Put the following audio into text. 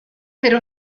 per